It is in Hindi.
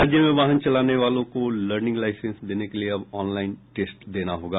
राज्य में वाहन चलाने वालों को लर्निंग लाईसेंस लेने के लिए अब ऑनलाईन टेस्ट देना होगा